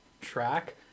track